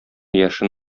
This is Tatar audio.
яшен